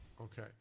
Okay